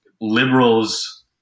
liberals